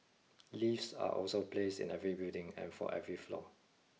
lifts are also place in every building and for every floor